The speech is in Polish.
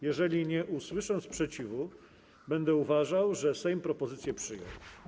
Jeżeli nie usłyszę sprzeciwu, będę uważał, że Sejm propozycję przyjął.